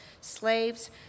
slaves